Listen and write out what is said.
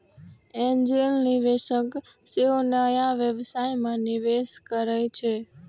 angel निवेशक सेहो नया व्यवसाय मे निवेश करै छै